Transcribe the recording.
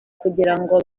kugirango